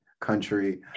country